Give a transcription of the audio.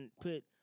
put